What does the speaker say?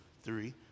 three